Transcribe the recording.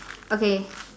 okay